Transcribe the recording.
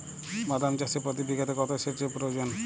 বাদাম চাষে প্রতি বিঘাতে কত সেচের প্রয়োজন?